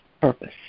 purpose